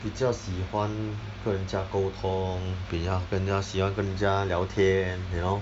比较喜欢跟人家沟通比较跟人家喜欢跟人家聊天 you know